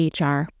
HR